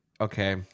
okay